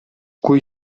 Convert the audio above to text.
kui